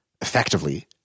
effectively –